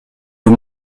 aux